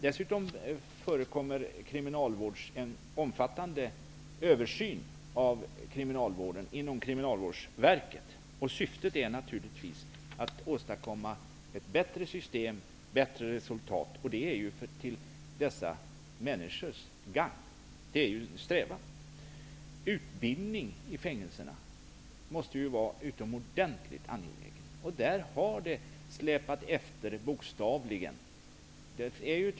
Dessutom pågår en omfattande översyn av kriminalvården inom Kriminalvårdsverket. Syftet är naturligtvis att åstadkomma ett bättre system och bättre resultat. Det är till för att gagna dessa människor, det är strävan. Utbildning i fängelserna är någonting utomordentligt angeläget. Där har det bokstavligen släpat efter.